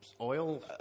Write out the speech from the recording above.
oil